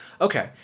Okay